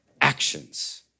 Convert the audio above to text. actions